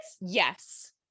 Yes